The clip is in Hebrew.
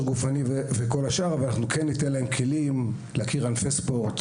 גופני וכל השאר אבל אנחנו כן ניתן להם כלים להכיר ענפי ספורט,